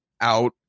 out